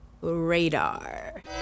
radar